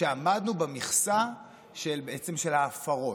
שעמדנו במכסה של ההפרות.